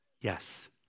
Yes